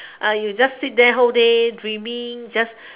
uh you just sit there whole day dreaming just